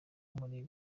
muri